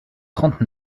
trente